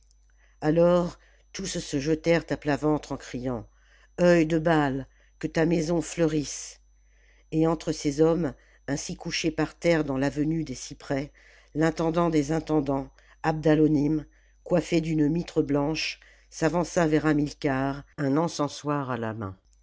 alors tous se jetèrent à plat ventre en criant œil de baal que ta maison fleurisse et entre ces hommes ainsi couchés par terre dans l'avenue des cyprès l'intendant des intendants abdalonim coiffé d'une mitre blanche s'avança vers hamilcàr un encensoir à la main